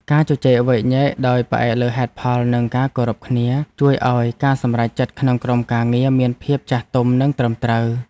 ការជជែកវែកញែកដោយផ្អែកលើហេតុផលនិងការគោរពគ្នា ជួយឱ្យការសម្រេចចិត្តក្នុងក្រុមការងារមានភាពចាស់ទុំនិងត្រឹមត្រូវ។